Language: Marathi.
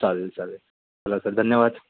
चालेल चालेल चला सर धन्यवाद